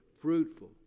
fruitful